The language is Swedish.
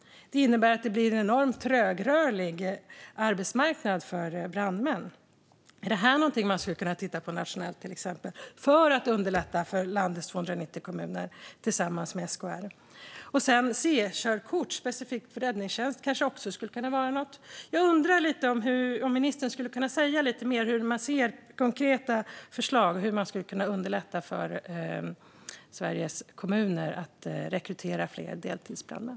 Det innebär att det blir en enormt trögrörlig arbetsmarknad för brandmän. Är detta någonting som man skulle kunna titta på nationellt, till exempel, för att underlätta för landets 290 kommuner tillsammans med SKR? C-körkort specifikt för räddningstjänst kanske också skulle kunna vara något. Jag undrar om ministern skulle kunna säga lite mer om konkreta förslag på hur man skulle kunna underlätta för Sveriges kommuner att rekrytera fler deltidsbrandmän.